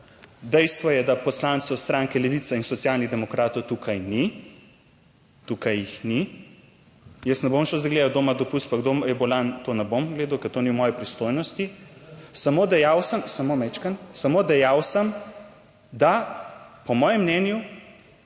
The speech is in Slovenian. Dejstvo je, da poslancev stranke Levica in Socialnih demokratov tukaj ni. Tukaj jih ni. Jaz ne bom šel zdaj gledati kdo ima dopust, pa kdo je bolan, to ne bom gledal, ker to ni v moji pristojnosti. / oglašanje iz dvorane/ Samo dejal sem, samo majčkeno, samo dejal sem, da po mojem mnenju